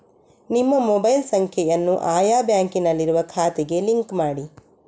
ನಿಮ್ಮ ಮೊಬೈಲ್ ಸಂಖ್ಯೆಯನ್ನು ಆಯಾ ಬ್ಯಾಂಕಿನಲ್ಲಿರುವ ಖಾತೆಗೆ ಲಿಂಕ್ ಮಾಡಿ